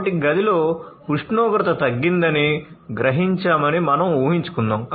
కాబట్టి గదిలో ఉష్ణోగ్రత తగ్గిందని గ్రహించామని మనం ఉహించుకుందాం